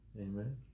Amen